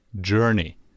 journey